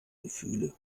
gefühle